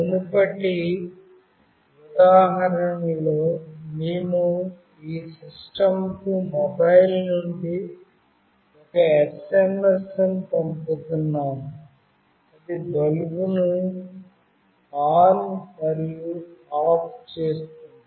మునుపటి ఉదాహరణలో మేము మీ సిస్టమ్కు మొబైల్ నుండి ఒక SMS ను పంపుతున్నాము అది బల్బ్ను ఆన్ మరియు ఆఫ్ చేస్తుంది